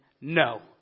no